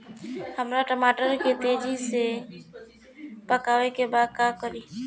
हमरा टमाटर के तेजी से पकावे के बा का करि?